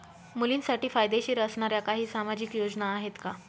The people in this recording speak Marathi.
मुलींसाठी फायदेशीर असणाऱ्या काही सामाजिक योजना आहेत का?